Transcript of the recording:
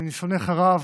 מניסיונך הרב,